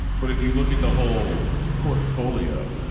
but if you look at the whole portfolio,